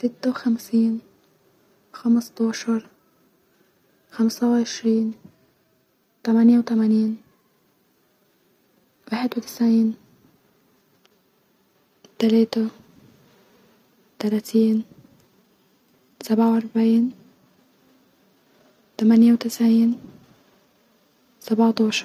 سته وخمسين-خمستاشر-خمسه وعشرين-تمانيه وتمانين-واحد وتسعين-تلاته-تلاتين-سبعه واربعين-تمانيه وتسعين-سبعتاشر